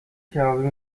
کبابی